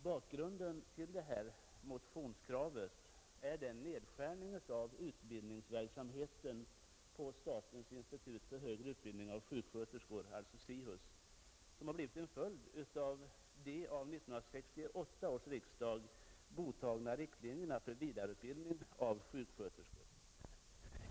Bakgrunden till vårt krav i motionen är den nedskärning av utbildningsverksamheten vid statens institut för högre utbildning av sjuksköterskor, SIHUS, som har blivit en följd av de av 1968 års riksdag godtagna riktlinjerna för vidareutbildning av sjuksköterskor.